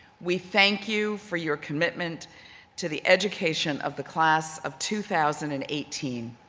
we thank you for your commitment to the education of the class of two thousand and eighteen.